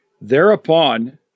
Thereupon